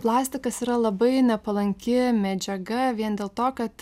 plastikas yra labai nepalanki medžiaga vien dėl to kad